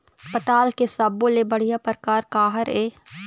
पताल के सब्बो ले बढ़िया परकार काहर ए?